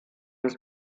des